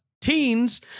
teens